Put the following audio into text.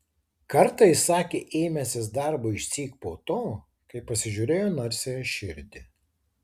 kartą jis sakė ėmęsis darbo išsyk po to kai pasižiūrėjo narsiąją širdį